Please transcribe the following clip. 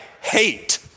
hate